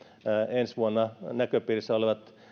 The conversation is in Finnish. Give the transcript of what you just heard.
ensi vuonna näköpiirissä olevat